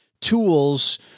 tools